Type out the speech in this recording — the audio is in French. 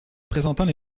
présentant